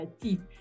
teeth